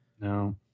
No